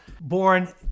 born